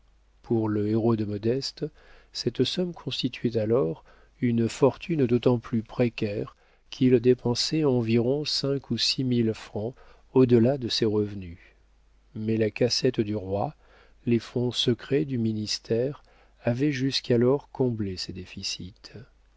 pour le héros de modeste cette somme constituait alors une fortune d'autant plus précaire qu'il dépensait environ cinq ou six mille francs au delà de ses revenus mais la cassette du roi les fonds secrets du ministère avaient jusqu'alors comblé ces